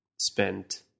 spent